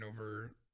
over